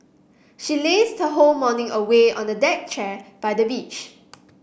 she lazed her whole morning away on a deck chair by the beach